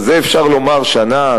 אז את זה אפשר לומר שנה,